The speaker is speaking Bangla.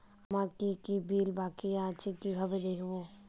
আমার কি কি বিল বাকী আছে কিভাবে দেখবো?